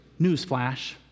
Newsflash